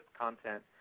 content